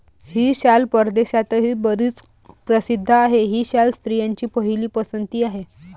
ही शाल परदेशातही बरीच प्रसिद्ध आहे, ही शाल स्त्रियांची पहिली पसंती आहे